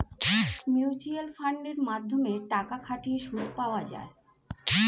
mutual ফান্ডের মাধ্যমে টাকা খাটিয়ে সুদ পাওয়া যায়